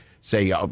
say